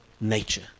nature